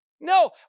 No